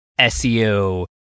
SEO